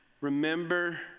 remember